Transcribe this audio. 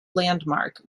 landmark